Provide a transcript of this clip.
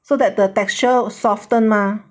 so that the texture soften mah